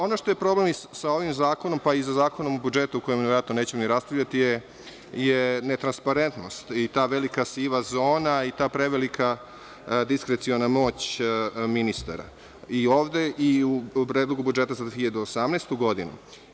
Ono što je problem i sa ovim zakonom, pa i sa zakonom o budžetu koji verovatno nećemo ni raspravljati je netransparentnost i ta velika siva zona i ta prevelika diskreciona moć ministara i ode i u predlogu budžeta za 2018. godinu.